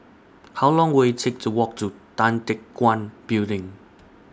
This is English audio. How Long Will IT Take to Walk to Tan Teck Guan Building